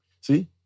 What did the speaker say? See